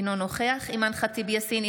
אינו נוכח אימאן ח'טיב יאסין,